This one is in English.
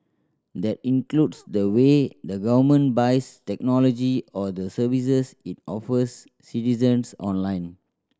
that includes the way the government buys technology or the services it offers citizens online